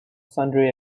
sundry